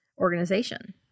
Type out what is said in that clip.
organization